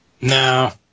No